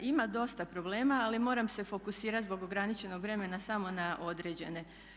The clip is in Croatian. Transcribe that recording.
Ima dosta problema ali moram se fokusirati zbog ograničenog vremena samo na određene.